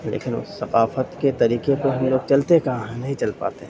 لیکن اس ثقافت کے طریقے کو ہم لوگ چلتے کہاں ہیں نہیں چل پاتے ہیں